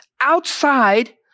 outside